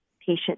patient